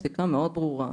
פסיקה מאוד ברורה,